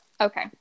Okay